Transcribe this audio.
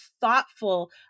thoughtful